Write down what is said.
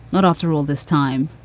not after all this time.